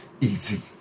easy